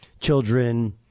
children